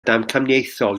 damcaniaethol